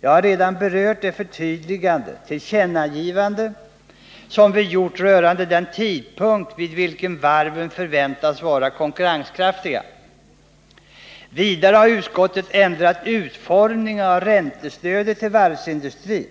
Jag har redan berört det förtydligande — tillkännagivande — som vi gjort rörande den tidpunkt vid vilken varven förväntas vara konkurrenskraftiga. Vidare har utskottet ändrat utformningen av räntestödet till varvsindustrin.